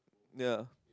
ya